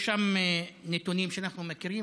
יש שם נתונים שאנחנו מכירים,